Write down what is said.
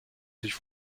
sich